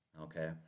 Okay